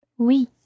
Oui